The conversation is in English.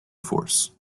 force